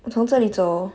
我从这里走